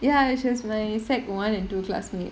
ya she was my secondary one and two classmate